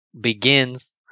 begins